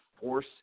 force